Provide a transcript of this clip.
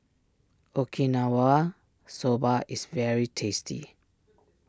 Okinawa Soba is very tasty